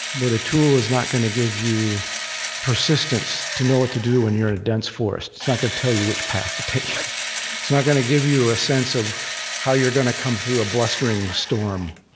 but a tool is not gonna give you persistence to know what to do and when a dense forest. it's not gonna tell you which path to take. it's not gonna give you a sense of how you're gonna come through a blustering storm.